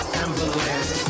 ambulance